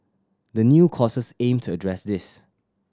the new courses aim to address this